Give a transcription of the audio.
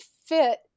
fit